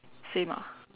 same ah